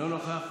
איננו נוכח,